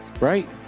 right